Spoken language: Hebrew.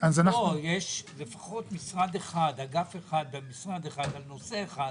יש לפחות משרד אחד, אגף אחד במשרד אחד בנושא אחד,